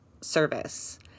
service